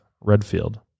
Redfield